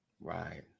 right